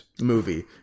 movie